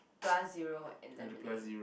plus zero and lemonade